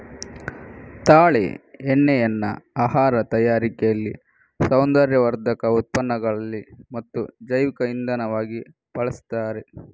ತಾಳೆ ಎಣ್ಣೆಯನ್ನ ಆಹಾರ ತಯಾರಿಕೆಯಲ್ಲಿ, ಸೌಂದರ್ಯವರ್ಧಕ ಉತ್ಪನ್ನಗಳಲ್ಲಿ ಮತ್ತು ಜೈವಿಕ ಇಂಧನವಾಗಿ ಬಳಸ್ತಾರೆ